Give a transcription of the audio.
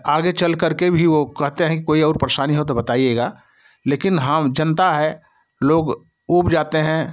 आगे चल कर के भी वो कहते हैं कि कोई और परेशानी हो तो बताइएगा लेकिन हाँ जनता है लोग ऊब जाते हैं